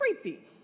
creepy